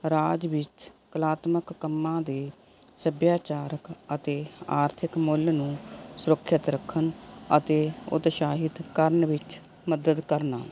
ਰਾਜ ਵਿੱਚ ਕਲਾਤਮਕ ਕੰਮਾਂ ਦੇ ਸੱਭਿਆਚਾਰਕ ਅਤੇ ਆਰਥਿਕ ਮੁੱਲ ਨੂੰ ਸੁਰੱਖਿਅਤ ਰੱਖਣ ਅਤੇ ਉਤਸ਼ਾਹਿਤ ਕਰਨ ਵਿੱਚ ਮਦਦ ਕਰਨਾ